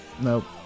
nope